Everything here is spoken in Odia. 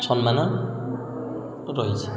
ସମ୍ମାନ ରହିଛି